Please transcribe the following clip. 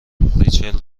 ریچل